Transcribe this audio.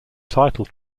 title